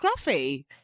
scruffy